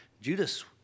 Judas